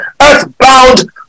earthbound